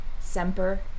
Semper